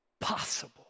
possible